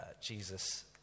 Jesus